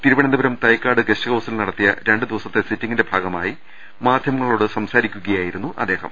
തിരുവനന്തപുരം തൈക്കാട് ഗസ്റ്റ്ഹൌസിൽ നടത്തിയ രണ്ട് ദിവസത്തെ സിറ്റിംഗിന്റെ ഭാഗമായി മാധ്യമങ്ങളോട് സംസാരിക്കുകയായി രുന്നു അദ്ദേഹം